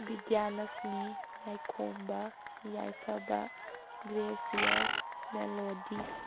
ꯕꯤꯗ꯭ꯌꯥꯂꯛꯁꯃꯤ ꯄꯥꯏꯈꯣꯝꯕ ꯌꯥꯏꯐꯕ ꯒ꯭ꯔꯦꯁꯤꯌꯔ ꯃꯦꯂꯣꯗꯤ